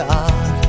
God